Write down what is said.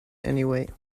anyway